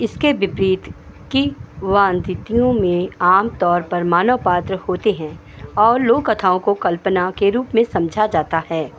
इसके विपरीत किन्वन्दितियों में आमतौर पर मानव पात्र होते हैं और लोककथाओं को कल्पना के रूप में समझा जाता है